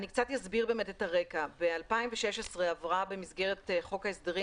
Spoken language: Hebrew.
אסביר את הרקע: ב-2016 עברה במסגרת חוק ההסדרים